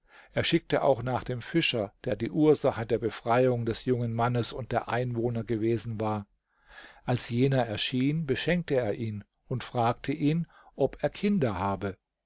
er schickte auch nach dem fischer der die ursache der befreiung des jungen mannes und der einwohner gewesen war als jener erschien beschenkte er ihn und fragte ihn ob er kinder habe